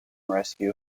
rescue